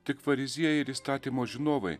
tik fariziejai ir įstatymo žinovai